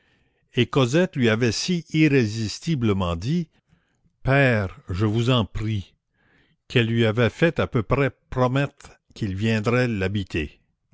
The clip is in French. et cosette lui avait si irrésistiblement dit père je vous en prie qu'elle lui avait fait à peu près promettre qu'il viendrait l'habiter